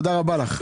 תודה רבה לך.